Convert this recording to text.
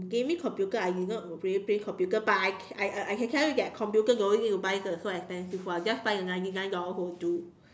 gaming computer I do not play computer but I I I I can tell you that computer no need to buy the so expensive one just buy the ninety nine dollars will do